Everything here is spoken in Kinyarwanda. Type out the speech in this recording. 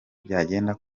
byagenda